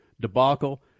debacle